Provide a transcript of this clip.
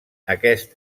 aquest